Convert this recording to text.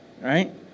right